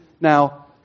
Now